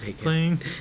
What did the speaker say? playing